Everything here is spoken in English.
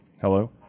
hello